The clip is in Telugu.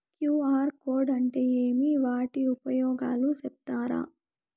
క్యు.ఆర్ కోడ్ అంటే ఏమి వాటి ఉపయోగాలు సెప్తారా?